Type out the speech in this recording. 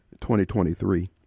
2023